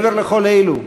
מעבר לכל אלו,